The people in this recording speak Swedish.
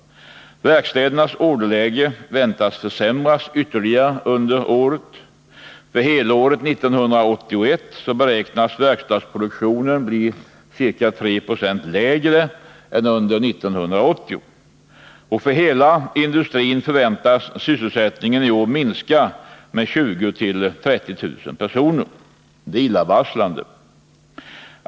Verkstädernas orderläge väntas försämras ytterligare under året. För helåret 1981 beräknas verkstadsproduktionen bli ca 3 20 lägre än under 1980. För hela industrin förväntas sysselsättningen i år minska med 20 000-30 000 personer. Det är illavarslande.